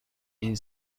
این